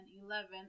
eleven